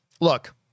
look